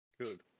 Good